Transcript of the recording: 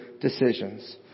decisions